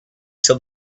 till